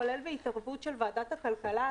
כולל בהתערבות של ועדת הכלכלה,